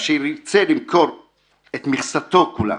אשר ירצה למכור את מכסתו כולה,